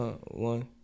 one